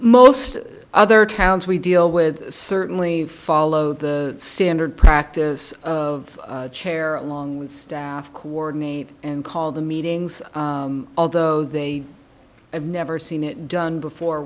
most other towns we deal with certainly follow the standard practice of chair or long with staff coordinate and call the meetings although they have never seen it done before